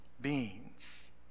beings